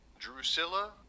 Drusilla